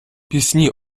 пісні